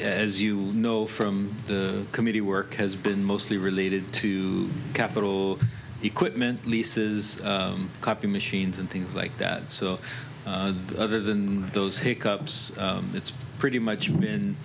as you know from the committee work has been mostly related to capital equipment leases copy machines and things like that so other than those hick ups it's pretty much